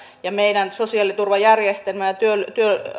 ja meidän sosiaaliturvajärjestelmä ja